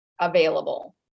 available